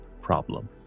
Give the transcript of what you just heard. problem